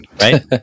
right